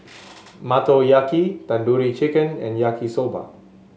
Motoyaki Tandoori Chicken and Yaki Soba